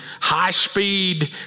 high-speed